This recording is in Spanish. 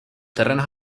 terrenos